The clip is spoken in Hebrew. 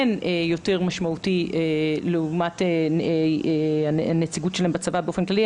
יותר משמעותי לעומת הנציגות שלהם בצבא באופן כללי,